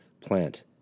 plant